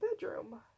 bedroom